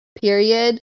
period